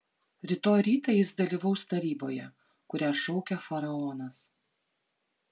rytoj rytą jis dalyvaus taryboje kurią šaukia faraonas